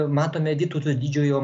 matome vytauto didžiojo